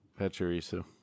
Pachirisu